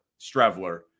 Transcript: strevler